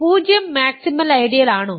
0 maximal ഐഡിയലാണോ